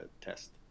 test